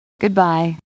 goodbye